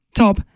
top